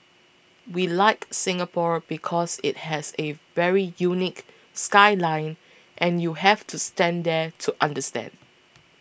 we like Singapore because it has a very unique skyline and you have to stand there to understand